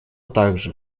также